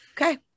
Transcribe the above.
Okay